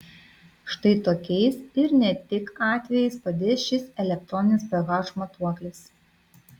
štai tokiais ir ne tik atvejais padės šis elektroninis ph matuoklis